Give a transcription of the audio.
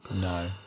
No